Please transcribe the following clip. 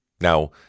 Now